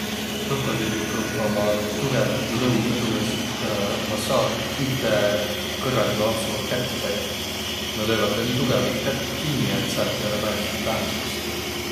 Krokodilliq pruukvaq umma tugõvat lõuga tuujaos, et saak üte kõrraligu ampsuga kätte saiaq. Nä lööväq tuu nii tugõvalt kät- kinniq, et säält ei olõq määnestki pääsmist.